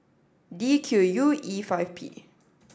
D Q U E five P